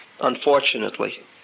unfortunately